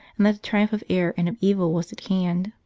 and that the triumph of error and of evil was at hand.